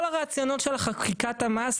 כל הרצונות של חקיקת המס,